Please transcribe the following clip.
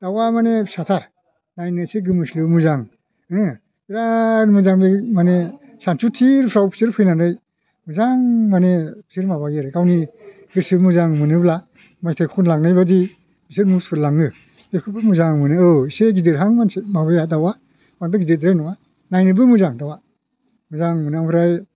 दावआ मानि फिसाथार नायनो एसे गोमोस्लिउ मोजां हो बिराद मोजां बे माने सानसुथिरफ्राव बिसोर फैनानै मोजां माने बिसोर माबायो आरो गावनि गोसो मोजां मोनोब्ला मेथाइ खनलांनायबादि बिसोर मुसुरलाङो बिखौबो मोजां मोनो औ एसे गिदिरहां माबाया दावआ बांद्राय गिदिरद्राय नङा नायनोबो मोजां दावआ मोजां मोनो ओमफ्राय